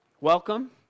Welcome